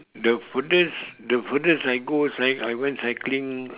the furthest the furthest I go cyc~ I went cycling